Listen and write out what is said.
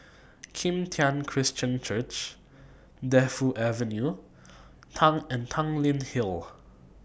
Kim Tian Christian Church Defu Avenue and Tanglin Hill